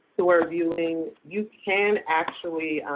who are viewing. you can actually